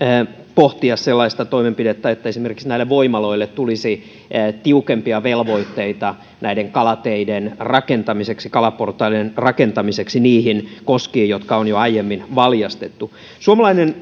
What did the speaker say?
pohtia sellaista toimenpidettä että esimerkiksi näille voimaloille tulisi tiukempia velvoitteita kalateiden rakentamiseksi kalaportaiden rakentamiseksi niihin koskiin jotka on jo aiemmin valjastettu suomalainen